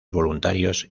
voluntarios